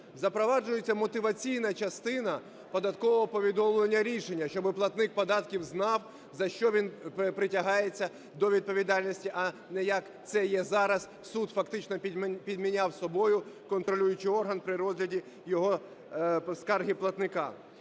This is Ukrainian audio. Запроваджується мотиваційна частина податкового повідомлення рішення, щоби платник податків знав, за що він притягається до відповідальності, а не як це є зараз суд фактично підміняв собою контролюючий орган при розгляді скарги платника.